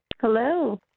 Hello